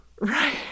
Right